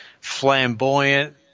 flamboyant